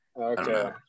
okay